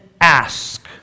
ask